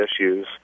issues